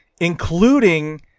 Including